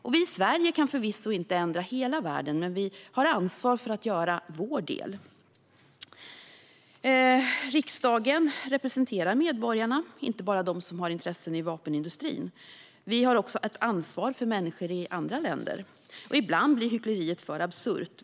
Vi i Sverige kan förvisso inte ändra hela världen, men vi har ansvar för att göra vår del. Riksdagen representerar medborgarna, inte bara dem som har intressen i vapenindustrin. Vi har också ett ansvar för människor i andra länder. Ibland blir hyckleriet för absurt.